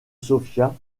sofia